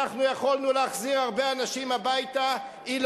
אנחנו יכולנו להחזיר הרבה אנשים הביתה אילו